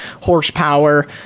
horsepower